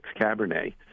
Cabernet